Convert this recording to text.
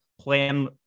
plan